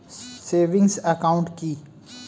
Savings account কি?